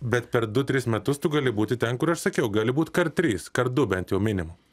bet per du tris metus tu gali būti ten kur aš sakiau gali būt kart trys kart du bent jau minimum